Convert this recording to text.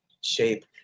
shape